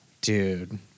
dude